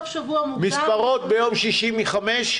מספרות ביום שישי מ-17:00?